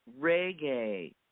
Reggae